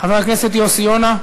חבר הכנסת יוסי יונה,